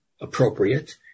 appropriate